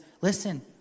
listen